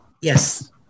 yes